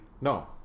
No